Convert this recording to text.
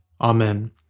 Amen